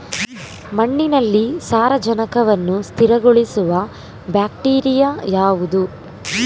ಮಣ್ಣಿನಲ್ಲಿ ಸಾರಜನಕವನ್ನು ಸ್ಥಿರಗೊಳಿಸುವ ಬ್ಯಾಕ್ಟೀರಿಯಾ ಯಾವುದು?